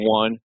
one